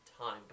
time